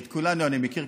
את כולנו אני מכיר,